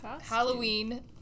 Halloween